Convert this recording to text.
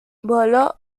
voló